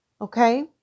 Okay